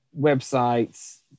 websites